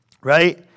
Right